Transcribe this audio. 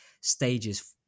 stages